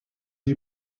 you